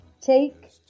Take